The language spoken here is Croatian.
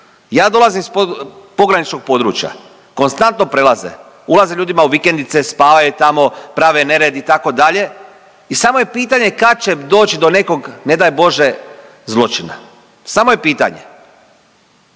Ja dolazim iz pograničnog područja, konstantno prelaze, ulaze ljudima u vikendice, spavaju tamo, prave nered, itd., i samo je pitanje kad će doći do nekog, ne daj Bože, zločina. Samo je pitanje.